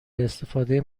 استفاده